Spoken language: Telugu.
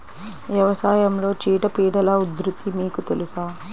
వ్యవసాయంలో చీడపీడల ఉధృతి మీకు తెలుసా?